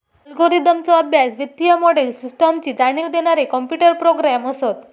अल्गोरिदमचो अभ्यास, वित्तीय मोडेल, सिस्टमची जाणीव देणारे कॉम्प्युटर प्रोग्रॅम असत